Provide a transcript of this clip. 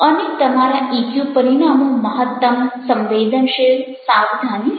અને તમારા ઇક્યુ પરિણામો મહત્તમ સંવેદનશીલ સાવધાની છે